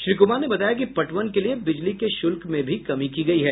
श्री कुमार ने बताया कि पटवन के लिए बिजली के शुल्क में भी कमी की गई है